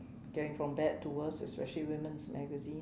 getting from bad to worse especially women's magazines